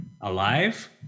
alive